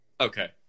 Okay